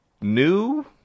New